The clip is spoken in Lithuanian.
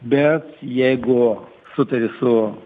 bet jeigu sutari su